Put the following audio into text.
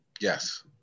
Yes